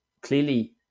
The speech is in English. clearly